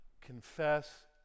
confess